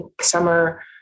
summer